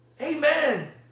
Amen